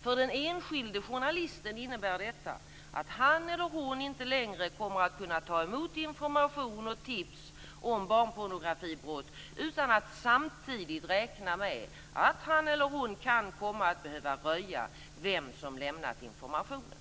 För den enskilde journalisten innebär detta att han eller hon inte längre kommer att kunna ta emot information och tips om barnpornografibrott utan att samtidigt räkna med att han eller hon kan komma att behöva röja vem som lämnat informationen.